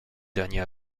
dernier